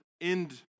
end